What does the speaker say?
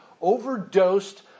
overdosed